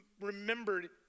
remembered